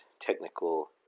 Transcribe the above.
technical